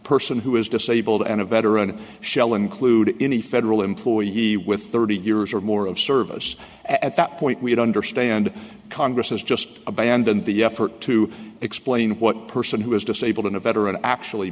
person who is disabled and a veteran shell include any federal employee he with thirty years or more of service at that point we don't understand congress is just abandoned the effort to explain what person who is disabled in a veteran actually